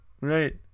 right